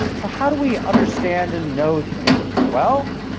so how do we understand and know the universe? well,